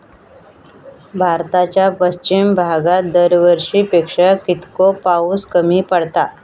भारताच्या पश्चिम भागात दरवर्षी पेक्षा कीतको पाऊस कमी पडता?